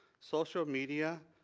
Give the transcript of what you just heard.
social media,